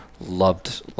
loved